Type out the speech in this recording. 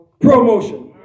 promotion